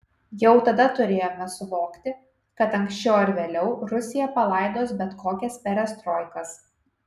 jau tada turėjome suvokti kad anksčiau ar vėliau rusija palaidos bet kokias perestroikas